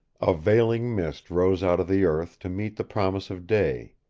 a veiling mist rose out of the earth to meet the promise of day,